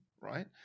right